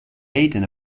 aidan